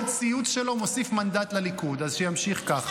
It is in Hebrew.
כל ציוץ שלו מוסיף מנדט לליכוד, אז שימשיך ככה.